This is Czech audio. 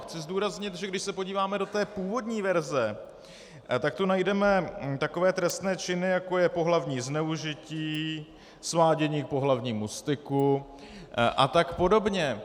Chci zdůraznit, že když se podíváme do té původní verze, tak tu najdeme takové trestné činy, jako je pohlavní zneužití, svádění k pohlavnímu styku a tak podobně.